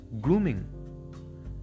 Grooming